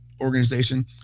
organization